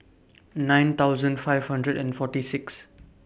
nine thousand five hundred and forty six